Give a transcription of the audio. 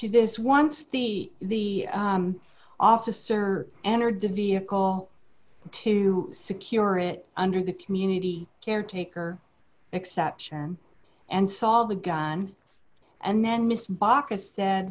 you this once the the officer entered the vehicle to secure it under the community caretaker exception and saw the gun and then miss baucus said